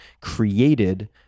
created